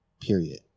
Period